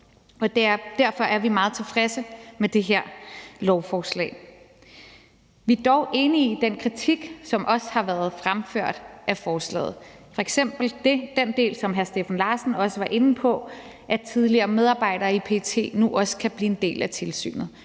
derfor er vi meget tilfredse med det her lovforslag. Vi er dog enige i den kritik, som har været fremført af forslaget, f.eks. den del, som hr. Steffen Larsen også var inde på, om, at tidligere medarbejdere i PET nu også kan blive en del af tilsynet.